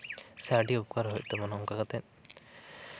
ᱥᱮ ᱟᱹᱰᱤ ᱩᱯᱚᱠᱟᱨ ᱦᱩᱭᱩᱜ ᱛᱟᱵᱚᱱᱟ ᱚᱱᱠᱟ ᱠᱟᱛᱮᱜ